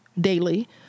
daily